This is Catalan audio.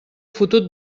fotut